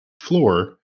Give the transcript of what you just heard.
floor